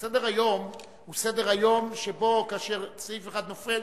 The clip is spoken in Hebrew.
סדר-היום הוא סדר-יום שבו כאשר סעיף אחד נופל,